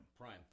Prime